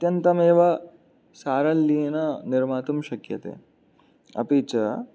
अत्यन्तम् एव सारल्येन निर्मातुं शक्यते अपि च